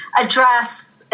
address